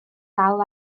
dal